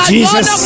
Jesus